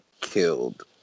killed